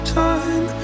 time